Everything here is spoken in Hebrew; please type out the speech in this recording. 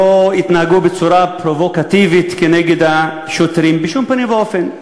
לא התנהגו בצורה פרובוקטיבית נגד השוטרים בשום פנים ואופן.